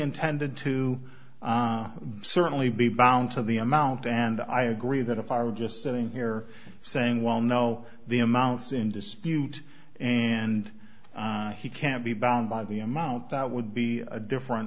intended to certainly be bound to the amount and i agree that if i were just sitting here saying well no the amounts in dispute and he can't be bound by the amount that would be a different